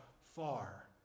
far